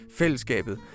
fællesskabet